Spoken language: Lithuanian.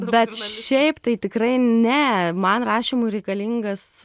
bet šiaip tai tikrai ne man rašymui reikalingas